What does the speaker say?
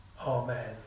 Amen